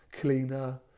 cleaner